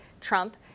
Trump